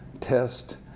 test